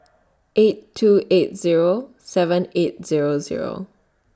eight two eight Zero seven eight Zero Zero